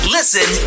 Listen